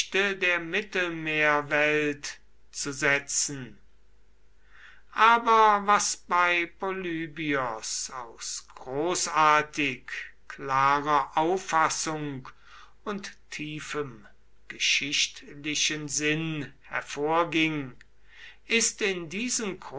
der mittelmeerwelt zu setzen aber was bei polybios aus großartig klarer auffassung und tiefem geschichtlichen sinn hervorging ist in diesen